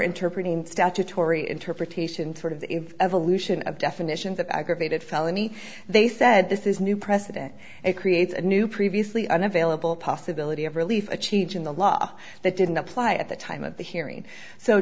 interpreting statutory interpretation of the evolution of definition that aggravated felony they said this is new precedent it creates a new previously unavailable possibility of relief achieved in the law that didn't apply at the time of the hearing so